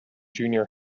junior